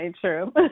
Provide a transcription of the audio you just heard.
true